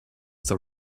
that